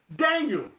Daniel